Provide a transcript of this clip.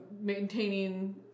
maintaining